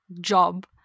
job